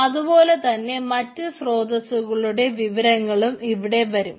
അതുപോലെതന്നെ മറ്റ് സ്രോതസ്സുകളുടെ വിവരങ്ങളും ഇവിടെ വരും